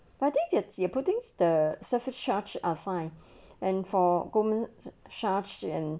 but I think they're putting the suffered charged are fine and for gourmet sergeant and